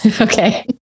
Okay